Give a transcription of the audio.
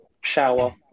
shower